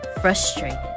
frustrated